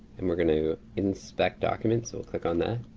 and we're gonna go inspect document, so click on that.